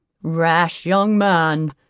rash young man,